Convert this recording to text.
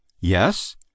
Yes